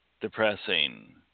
depressing